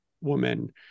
woman